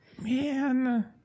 Man